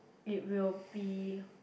it will be